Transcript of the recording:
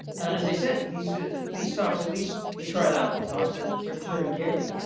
as i said, these these talks at least the trilateral talks that secretary kerry